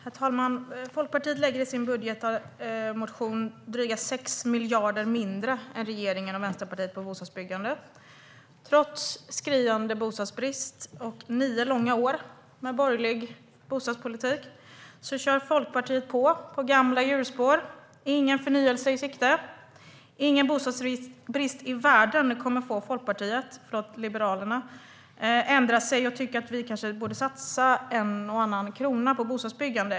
Herr talman! Liberalerna lägger i sin budgetmotion drygt 6 miljarder mindre än regeringen och Vänsterpartiet på bostadsbyggande. Trots skriande bostadsbrist och nio långa år med borgerlig bostadspolitik kör Liberalerna på i gamla hjulspår: ingen förnyelse i sikte. Ingen bostadsbrist i världen kommer att få Liberalerna att ändra sig och tycka att vi kanske borde satsa en och annan krona på bostadsbyggande.